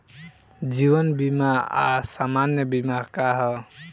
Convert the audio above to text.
जीवन बीमा आ सामान्य बीमा का ह?